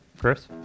Chris